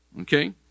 Okay